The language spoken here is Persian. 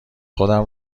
خودم